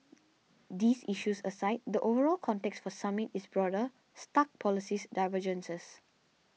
these issues aside the overall context for the summit is broader stark policies divergences